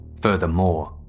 Furthermore